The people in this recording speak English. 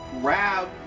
grab